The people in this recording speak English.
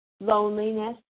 loneliness